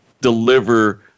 deliver